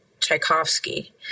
Tchaikovsky